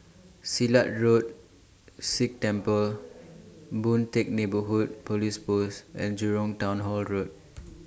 Silat Road Sikh Temple Boon Teck Neighbourhood Police Post and Jurong Town Hall Road